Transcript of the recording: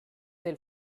del